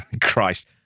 Christ